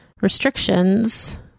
restrictions